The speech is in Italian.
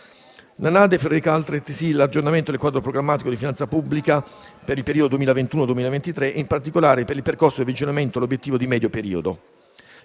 2020 reca altresì l'aggiornamento del quadro programmatico di finanza pubblica per il periodo 2021-2023, in particolare per il percorso di avvicinamento all'obiettivo di medio periodo.